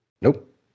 Nope